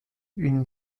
une